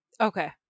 Okay